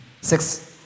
Six